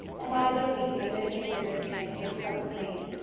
and liability, you know, making the risk against third party claims.